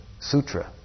Sutra